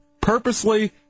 purposely